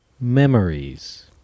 Memories